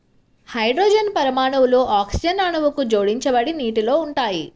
hydrogen పరమాణువులు oxygen అణువుకు జోడించబడి నీటిలో ఉంటాయి